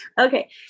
Okay